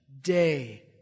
day